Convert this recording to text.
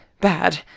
bad